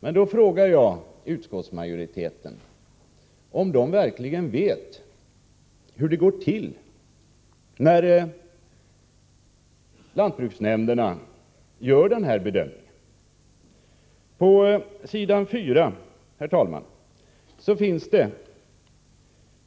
Jag vill nu ställa följande fråga till företrädarna för utskottsmajoriteten: Är det verkligen bekant för er hur det går till när lantbruksnämnderna gör sin bedömning och vilka beslut de fattar? På